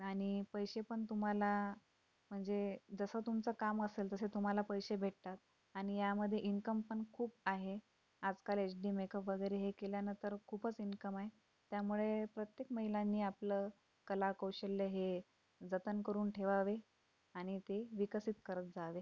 आणि पैसे पण तुम्हाला म्हणजे जसं तुमचं काम असेल तसे तुम्हाला पैसे भेटतात आणि यामध्ये इन्कम पण खूप आहे आजकाल एच डी मेकअप वगैरे हे केल्या न तर खूपच इन्कम आहे त्यामुळे प्रत्येक महिलांनी आपलं कलाकौशल्य हे जतन करून ठेवावे आणि ते विकसित करत जावे